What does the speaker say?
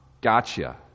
gotcha